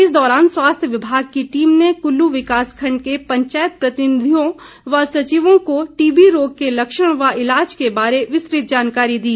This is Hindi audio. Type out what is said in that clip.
इस दौरान स्वास्थ्य विभाग की टीम ने कुल्लू विकास खंड के पंचायत प्रतिनिधियों व सचिवों को टीबी रोग के लक्षण व ईलाज के बारे विस्तृत जानकारी दी